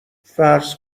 فرض